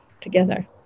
together